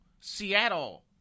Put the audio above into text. Seattle